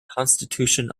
constitution